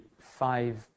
five